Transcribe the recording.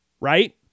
Right